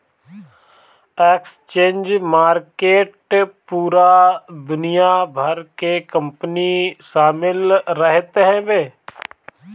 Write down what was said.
exchange market पूरा दुनिया भर के कंपनी शामिल रहत हवे